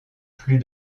plus